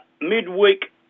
Midweek